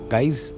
Guys